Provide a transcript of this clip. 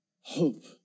Hope